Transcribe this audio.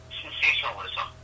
sensationalism